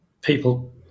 people